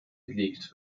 gelegt